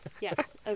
Yes